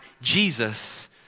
Jesus